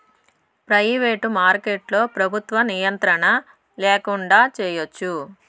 private మార్కెట్లో ప్రభుత్వ నియంత్రణ ల్యాకుండా చేయచ్చు